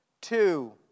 Two